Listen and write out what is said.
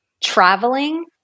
traveling